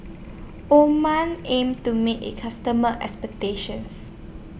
aims to meet its customers' expectations